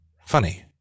Funny